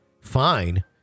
fine